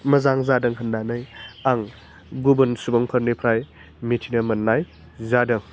मोजां जादों होन्नानै आं गुबुन सुबुंफोरनिफ्राय मिथिनो मोन्नाय जादों